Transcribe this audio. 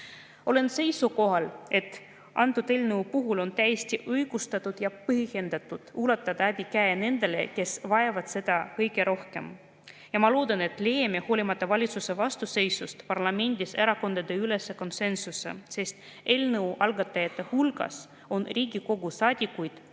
Olen seisukohal, et kõnealuse eelnõu puhul on täiesti õigustatud ja põhjendatud ulatada abikäsi nendele, kes vajavad seda kõige rohkem. Ja ma loodan, et leiame hoolimata valitsuse vastuseisust parlamendis erakondadeülese konsensuse, sest eelnõu algatajate hulgas on Riigikogu saadikuid kõikidest